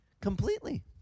completely